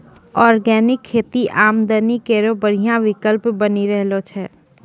organic खेती आमदनी केरो बढ़िया विकल्प बनी रहलो छै